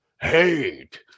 hate